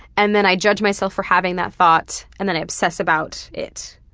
and then i judge myself for having that thought and then i obsess about it.